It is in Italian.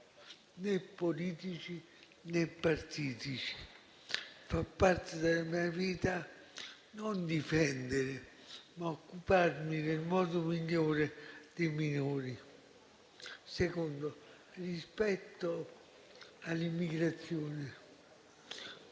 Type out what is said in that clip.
né politici, né partitici. Fa parte della mia vita non difendere, ma occuparmi nel modo migliore dei minori. Secondo: rispetto all'immigrazione,